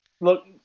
look